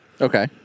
Okay